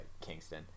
Kingston